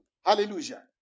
Hallelujah